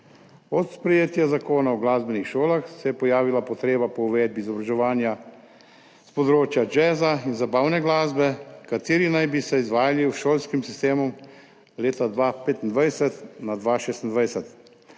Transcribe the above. Od sprejetja Zakona o glasbenih šolah se je pojavila potreba po uvedbi izobraževanja s področja jazza in zabavne glasbe, ki naj bi se izvajala v šolskem sistemu leta 2025/2026.